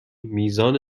میزان